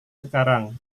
sekarang